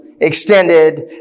extended